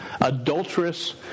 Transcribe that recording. adulterous